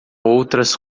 outras